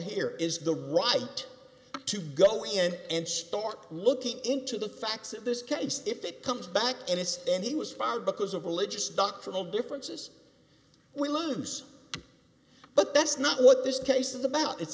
here is the right to go in and start looking into the facts of this case if it comes back and it's and he was fired because of religious doctrinal differences we loose but that's not what this case is about it's